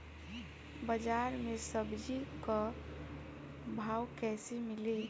बाजार मे सब्जी क भाव कैसे मिली?